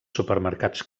supermercats